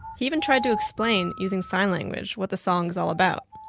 he even tried to explain, using sign language, what the song is all about.